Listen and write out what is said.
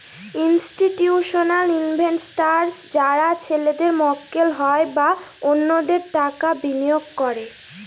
institutional investors যারা ছেলেদের মক্কেল হয় বা অন্যদের টাকা বিনিয়োগ করে